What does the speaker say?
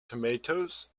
tomatoes